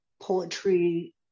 poetry